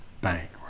bank